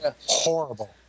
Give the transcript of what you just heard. Horrible